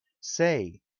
Say